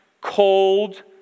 cold